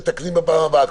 מתקנים בפעם הבאה,